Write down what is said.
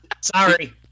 Sorry